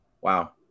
Wow